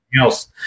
else